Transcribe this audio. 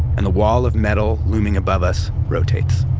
and the wall of metal looming above us rotates.